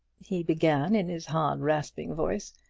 he began in his hard, rasping voice,